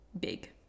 big